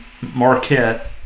Marquette